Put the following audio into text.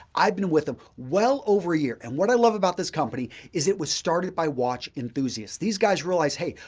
i've been with them ah well over a year and what i love about this company is it was started by watch enthusiasts. these guys realized, hey,